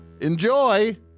Enjoy